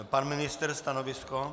Pan ministr, stanovisko?